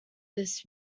this